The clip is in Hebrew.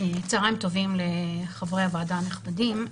צהרים טובים לחברי הועדה הנכבדים,